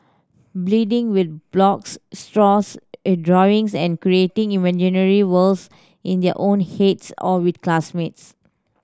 bleeding with blocks straws drawings and creating imaginary worlds in their own heads or with classmates